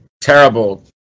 terrible